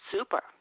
Super